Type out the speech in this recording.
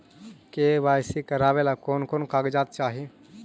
KYC करावे ले कोन कोन कागजात चाही?